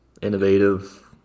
innovative